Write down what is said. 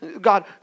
God